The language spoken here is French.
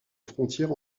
frontière